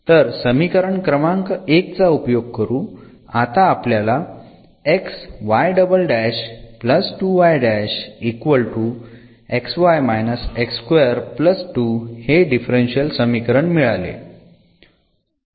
तर समीकरण क्रमांक 1 चा उपयोग करून आता आपल्याला हे डिफरन्शियल समीकरण मिळाले